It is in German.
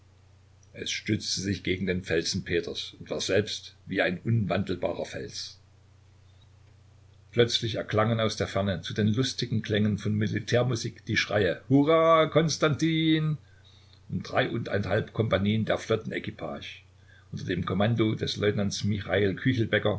es stützte sich gegen den felsen peters und war selbst wie ein unwandelbarer fels plötzlich erklangen aus der ferne zu den lustigen klängen von militärmusik die schreie hurra konstantin und dreiundeinhalb kompagnien der flottenequipage unter dem kommando des leutnants